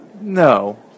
No